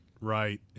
right